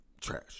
trash